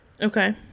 Okay